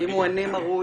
ואם הוא עני מרוד,